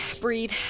Breathe